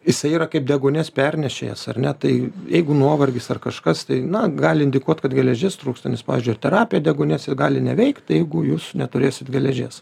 jisai yra kaip deguonies pernešėjas ar ne tai jeigu nuovargis ar kažkas tai na gali indikuot kad geležies trūksta nes pavyzdžiui terapija deguonies ir gali neveikt tai jeigu jūs neturėsit geležies